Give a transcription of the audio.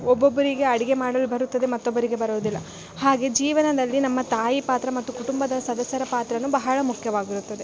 ಒಬ್ಬೊಬ್ಬರಿಗೆ ಅಡುಗೆ ಮಾಡಲು ಬರುತ್ತದೆ ಮಾತ್ತೊಬ್ಬರಿಗೆ ಬರೋದಿಲ್ಲ ಹಾಗೇ ಜೀವನದಲ್ಲಿ ನಮ್ಮ ತಾಯಿ ಪಾತ್ರ ಮತ್ತು ಕುಟುಂಬದ ಸದಸ್ಯರ ಪಾತ್ರ ಬಹಳ ಮುಖ್ಯವಾಗಿರುತ್ತದೆ